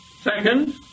Second